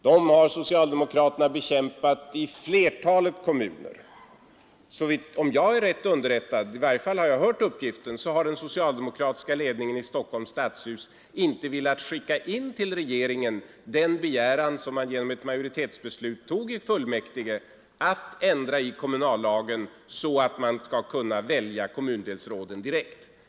Dessa har socialdemokraterna bekämpat i flertalet kommuner. Om jag är riktigt underrättad — åtminstone har jag hört den uppgiften — har den socialdemokratiska ledningen i Stockholms stadshus inte velat skicka in till regeringen en begäran, som antagits genom majoritetsbeslut i fullmäktige, att ändra i kommunallagen så att man skall kunna välja kommundelsråden direkt.